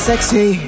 Sexy